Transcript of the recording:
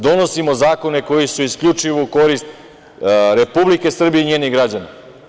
Donosimo zakone koji su isključivo u korist Republike Srbije i njenih građana.